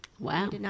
Wow